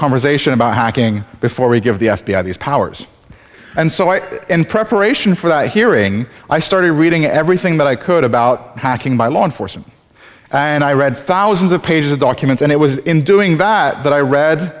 conversation about hacking before we give the f b i these powers and so i in preparation for the hearing i started reading everything that i could about hacking by law enforcement and i read thousands of pages of documents and it was in doing that that i read